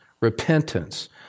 repentance